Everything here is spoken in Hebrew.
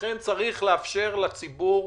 אכן צריך לאפשר לציבור,